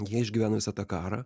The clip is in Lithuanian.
jie išgyvena visą tą karą